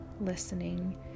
listening